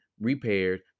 repaired